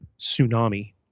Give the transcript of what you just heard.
tsunami